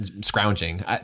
scrounging